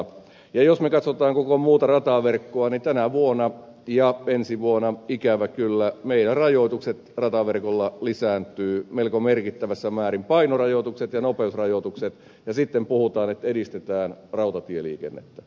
ja jos me katsomme koko muuta rataverkkoa niin tänä vuonna ja ensi vuonna ikävä kyllä meillä rajoitukset rataverkolla lisääntyvät melko merkittävässä määrin painorajoitukset ja nopeusrajoitukset ja sitten puhutaan että edistetään rautatieliikennettä